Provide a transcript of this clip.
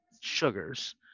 sugars